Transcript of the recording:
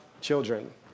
children